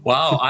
Wow